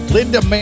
Linda